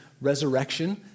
resurrection